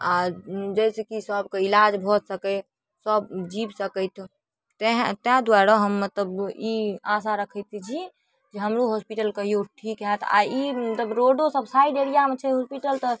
आओर जाहिसँ कि सभके इलाज भऽ सकै सभ जीबि सकथि एहिठाम तेँ तेँ दुआरे हम मतलब ई आशा रखैत छी कि हमरो हॉस्पिटल कहिओ ठीक हैत आओर ई रोडोसब साइड एरिआमे छै हॉस्पिटल तऽ